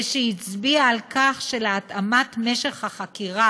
שהצביע על כך שלהתאמת משך החקירה